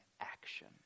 action